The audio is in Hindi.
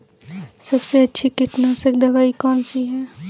सबसे अच्छी कीटनाशक दवाई कौन सी है?